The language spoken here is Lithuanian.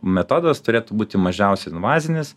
metodas turėtų būti mažiausiai invazinis